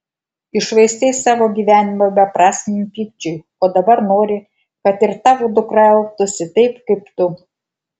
iššvaistei savo gyvenimą beprasmiam pykčiui o dabar nori kad ir tavo dukra elgtųsi taip kaip tu